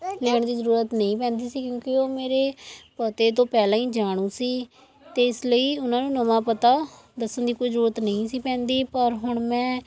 ਲੈਣ ਦੀ ਜ਼ਰੂਰਤ ਨਹੀਂ ਪੈਂਦੀ ਸੀ ਕਿਉਂਕਿ ਉਹ ਮੇਰੇ ਪਤੇ ਤੋਂ ਪਹਿਲਾਂ ਹੀ ਜਾਣੂ ਸੀ ਅਤੇ ਇਸ ਲਈ ਉਹਨਾਂ ਨੂੰ ਨਵਾਂ ਪਤਾ ਦੱਸਣ ਦੀ ਕੋਈ ਜ਼ਰੂਰਤ ਨਹੀਂ ਸੀ ਪੈਂਦੀ ਪਰ ਹੁਣ ਮੈਂ